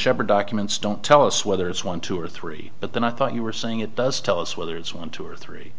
shepherd documents don't tell us whether it's one two or three but then i thought you were saying it does tell us whether it's one two or three